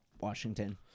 washington